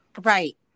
right